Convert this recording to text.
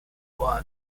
was